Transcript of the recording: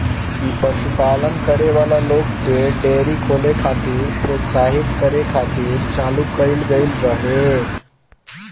इ पशुपालन करे वाला लोग के डेयरी खोले खातिर प्रोत्साहित करे खातिर चालू कईल गईल रहे